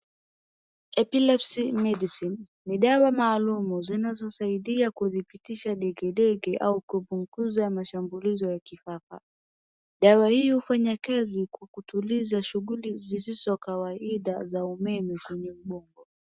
Epilepsy Medicine ni dawa maalum zinazosaidi kudhibitisha ndengendege au kupunguza mashambulizi ya kifafa. Dawa hii hufanya kazi kwa kutuliza shughuli zisizokawaida za umeme kwenye ubongo.